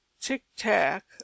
tic-tac